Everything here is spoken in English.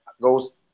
goes